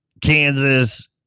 Kansas